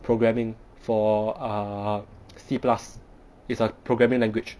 programming for uh C plus it's our programming language